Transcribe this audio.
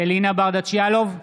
אלינה ברדץ' יאלוב,